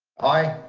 aye.